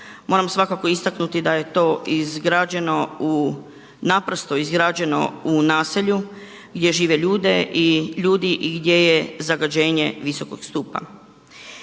Moramo svakako istaknuti da je to izgrađeno u naprosto izgrađeno u naselju gdje žive ljudi i gdje je zagađenje visokog stupnja.